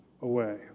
away